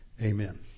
Amen